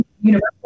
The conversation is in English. universal